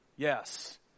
Yes